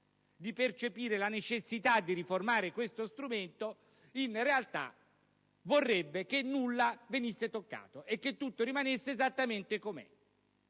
di percepire la necessità di riformare questo strumento, in realtà vorrebbe che nulla venisse toccato e che tutto rimanesse esattamente com'è,